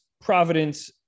Providence